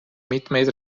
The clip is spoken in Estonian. mitmeid